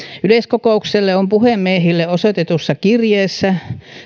yleiskokous on puhemiehille osoitetussa kirjeessä